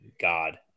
god